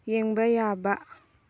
ꯌꯦꯡꯕ ꯌꯥꯕ